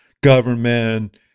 government